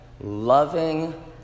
loving